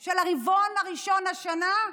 של הרבעון הראשון השנה,